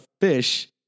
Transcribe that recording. fish